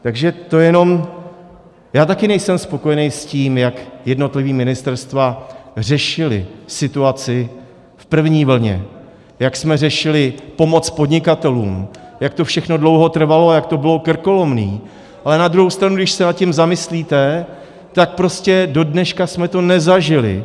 Takže to jenom já také nejsem spokojen s tím, jak jednotlivá ministerstva řešila situaci v první vlně, jak jsme řešili pomoc podnikatelům, jak to všechno dlouho trvalo a jak to bylo krkolomné, ale na druhou stranu když se nad tím zamyslíte, tak prostě dodneška jsme to nezažili.